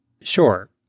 Sure